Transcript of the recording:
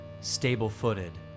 stable-footed